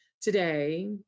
today